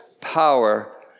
power